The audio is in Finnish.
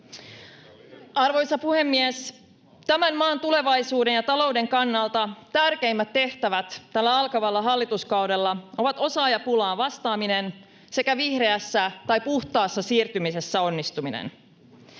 Arvoisa puhemies! Tämän maan tulevaisuuden ja talouden kannalta tärkeimmät tehtävät tällä alkavalla hallituskaudella ovat osaajapulaan vastaaminen sekä vihreässä, tai puhtaassa, siirtymisessä onnistuminen.